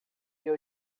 ser